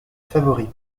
favori